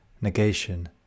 negation